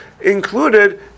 included